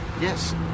yes